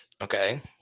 Okay